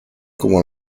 como